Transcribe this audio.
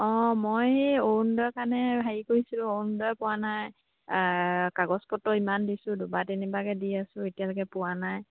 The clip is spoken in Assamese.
অঁ মই অৰুণোদয়ৰ কাৰণে হেৰি কৰিছিলোঁ অৰুণোদয় পোৱা নাই কাগজপত্ৰ ইমান দিছোঁ দুবাৰ তিনিবাৰকৈ দি আছো এতিয়ালৈকে পোৱা নাই